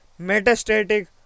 metastatic